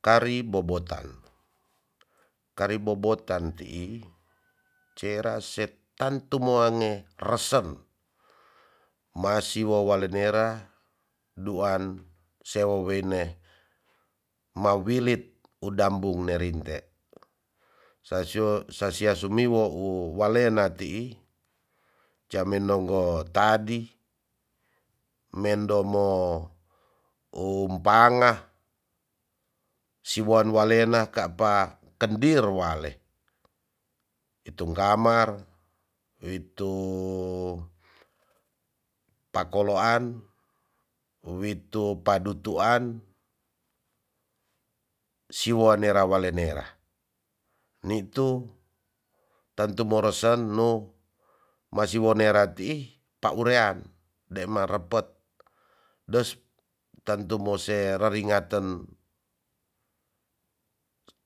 Kari bobotan. kari bobotan tii cera se tantu moange resen. masi wo wali nera duan se wowene mawilit udambo nerinte sasya sumiwo wu walena tii jame nonggo tadi mendo mo um panga siwan walena kapa kendir wale witungamar witung pakoloan. witu padutuan siwo nera wale nera nitu tantu moro sen no masi wo nera tii paurean demarepet des tentu mo se reringaten